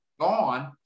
gone